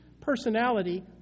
personality